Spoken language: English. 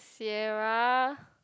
Sierra